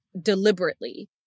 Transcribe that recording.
deliberately